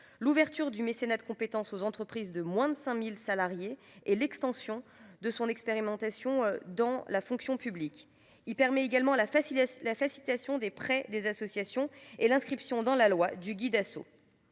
l’ouverture du mécénat de compétences aux entreprises de moins de 5 000 salariés et l’extension de son expérimentation dans la fonction publique. Il permet également la facilitation des prêts entre associations et l’inscription dans la loi de Guid’Asso.